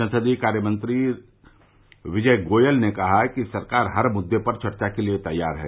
संसदीय कार्य राज्यमंत्री विजय गोयल ने कहा कि सरकार हर मुद्दे पर चर्चा के लिए तैयार है